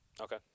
Okay